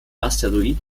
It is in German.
asteroid